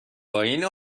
پایین